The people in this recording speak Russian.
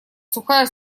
сухая